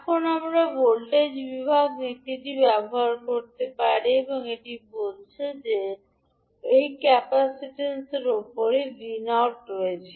এখন আমরা ভোল্টেজ বিভাগ নীতিটি ব্যবহার করতে পারি এটি বলছে যে এই ক্যাপাসিট্যান্সের ওপারে 𝑉0 রয়েছে